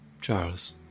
Charles